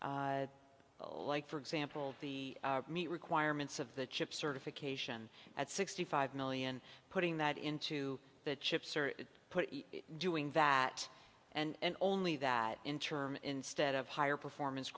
like for example the meet requirements of the chip certification at sixty five million putting that into the chips or it put it doing that and only that in terms instead of higher performance